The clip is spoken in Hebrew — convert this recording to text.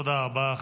תודה רבה.